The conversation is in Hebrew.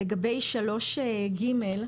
לגבי 3ג,